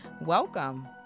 welcome